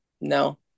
No